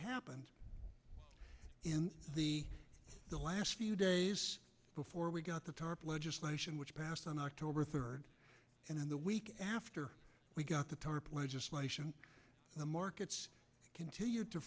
happened in the last few days before we got the tarp legislation which passed on october third and then the week after we got the tarp legislation the markets continued to